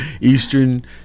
Eastern